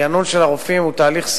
הרענון של הרופאים הוא תהליך סיזיפי,